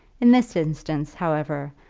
in this instance, however,